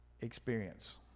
experience